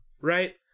right